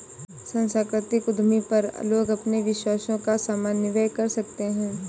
सांस्कृतिक उद्यमी पर लोग अपने विश्वासों का समन्वय कर सकते है